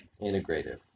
integrative